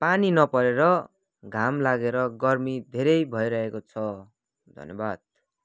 पानी नपरेर घाम लागेर गर्मी धेरै भइरहेको छ धन्यवाद